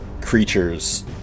Creatures